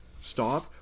Stop